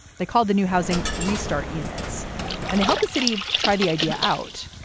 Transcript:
they called the new housing restart units and they helped the city try the idea out.